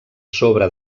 sobre